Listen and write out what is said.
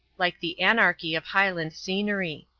like the anarchy of highland scenery.